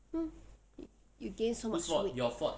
hmm you gain so much weight